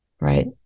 right